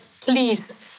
please